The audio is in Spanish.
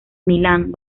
milán